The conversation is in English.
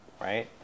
right